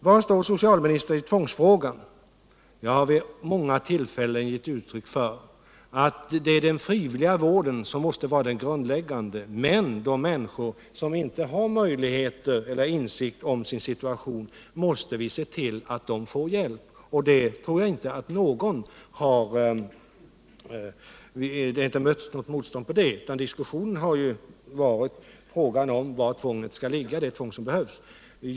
Var står socialministern i tvångsfrågan? frågar Jörn Svensson. Jag har vid många tillfällen givit uttryck för att det är den frivilliga vården som måste vara den grundläggande. Men vi måste se till att de människor som inte har insikt om sin situation får hjälp. Jag har inte mött något motstånd på den punkten, utan diskussionen har gällt frågan om var tvånget skall ligga — det tvång som behövs.